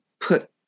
put